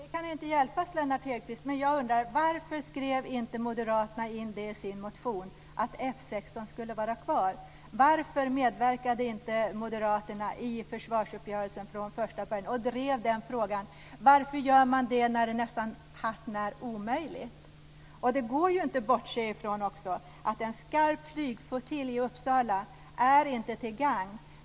Fru talman! Det kan inte hjälpas Lennart Hedquist, men jag undrar: Varför skrev inte moderaterna in i sin motion att F 16 skulle vara kvar? Varför medverkade inte moderaterna i försvarsuppgörelsen från första början och drev den frågan? Varför gör man det när det är nästan hart när omöjligt? Det går inte heller att bortse från att en skarp flygflottilj i Uppsala inte är till gagn.